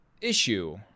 issue